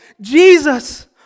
Jesus